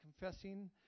confessing